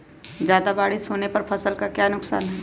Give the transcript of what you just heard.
ज्यादा बारिस होने पर फसल का क्या नुकसान है?